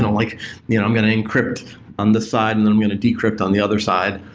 like you know i'm going to encrypt on the side and then i'm going to decrypt on the other side.